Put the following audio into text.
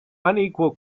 unequal